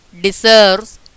deserves